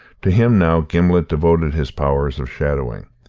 to him, now, gimblet devoted his powers of shadowing.